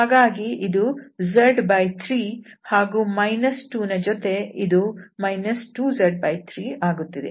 ಹಾಗಾಗಿ ಇದು z3 ಹಾಗೂ 2 ನ ಜೊತೆಗೆ ಇದು 2z3 ಆಗುತ್ತದೆ